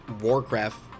Warcraft